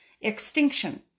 extinction